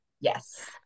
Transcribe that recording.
Yes